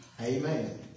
Amen